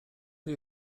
chi